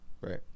Right